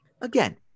again